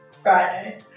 Friday